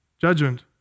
Judgment